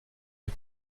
les